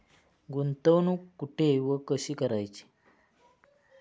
गुंतवणूक कुठे व कशी करायची?